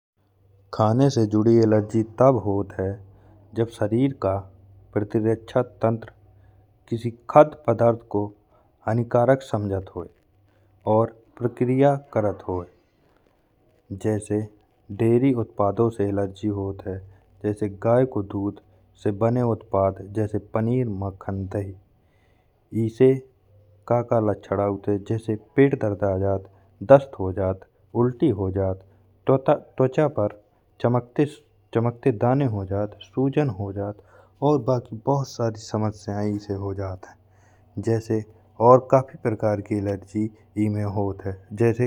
खाने से जुड़ी एलर्जी तब होत है, जब शरीर का प्रतिरक्षा तंत्र कसी खाद्य पदार्थ के हानिकारक समझत होय और प्रक्रिया करत होय। जैसे डेयरी उत्पादो से एलर्जी होत है। जैसे गाय के दूध से बने उत्पाद जैसे पनीर, मखन, दही इ से का का लक्षद उत है। जैसे पेट दर्द आ जात दस्त हो जात उल्टी हो जात। त्वचा पर चमकते दाने हो जात, सूजन हो जात और बाकी बहुत सारी समस्याएं इ से हो जात हैं। जैसे और काफी प्रकार की एलर्जी इ में हो जात है।